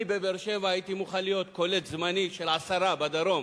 אני בבאר-שבע הייתי מוכן להיות קולט זמני של עשרה בדרום